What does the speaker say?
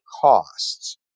costs